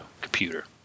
computer